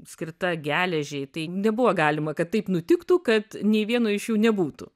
skirta geležiai tai nebuvo galima kad taip nutiktų kad nei vieno iš jų nebūtų